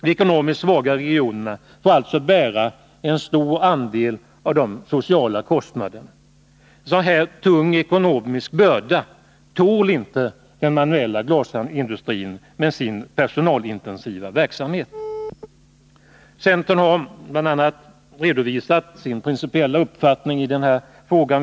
De ekonomiskt svagare regionerna får alltså bära en stor andel av de sociala kostnaderna. En så tung ekonomisk börda tål inte den manuella glasindustrin med sin personalintensiva verksamhet. Centern har vid skilda tillfällen redovisat sin principiella uppfattning i den här frågan.